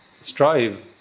strive